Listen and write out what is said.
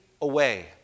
away